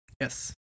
Yes